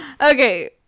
okay